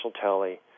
tally